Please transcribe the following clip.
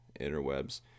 interwebs